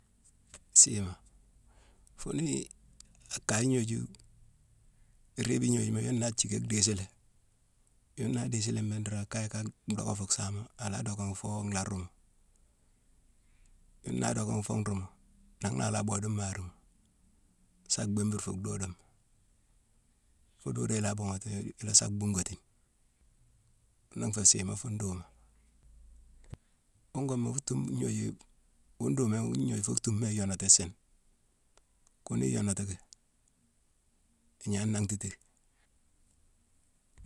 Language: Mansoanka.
Siima, funii a kaye gnooju, iriibe ignoju yuna jické dhiisilé. yuna dhiisilé mbéghine dorong, a kaye a docka fu saama, a la dockaghi foo nlhaa rummu. Yune naa dockaghi foo nruumu, nangh na a la boode nmaarima. Saa bhimbir fuu dhoodoma. Fo doodoma i la buughati i lasa bhughatine. Ghuna nfé siima fu ndowuma. Wungoma fu-tungh-gnoju-wu-ndowuma-gnoju fu tumma i yénoti siini. Ghune i yonotiki. I gnangh nanghtitiki